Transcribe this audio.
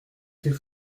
c’est